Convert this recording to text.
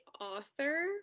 author